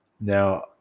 now